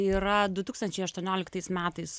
yra du tūkstančiai aštuonioliktais metais